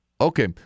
Okay